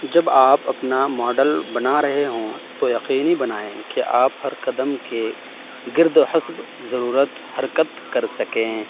جب آپ اپنا ماڈل بنا رہے ہوں تو یقینی بنائیں کہ آپ ہر قدم کے گرد حسب ضرورت حرکت کر سکیں